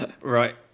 Right